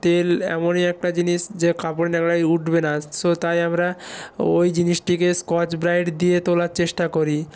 তেল এমনই একটা জিনিস যে কাপড় ন্যাকড়ায় উঠবে না তাই আমরা ওই জিনিসটিকে স্কচ ব্রাইট দিয়ে তোলার চেষ্টা করি